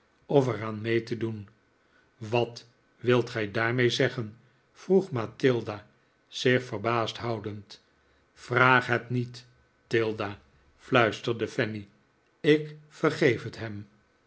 of er aan mee te doen wat wilt gij daarmee zeggen vroeg mathilda zich verbaasd houdend vraag het niet tilda fluisterde fanny ik vergeef het hem